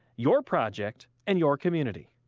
your project and your community.